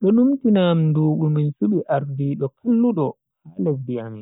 Do numtina am ndubu min subi ardiido kalludo ha lesdi amin.